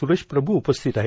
सुरेश प्रभू उपस्थित आहेत